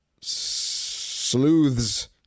sleuths